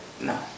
no